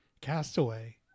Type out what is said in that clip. Castaway